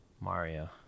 Mario